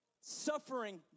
suffering